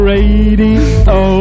Radio